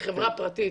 כחברה פרטית,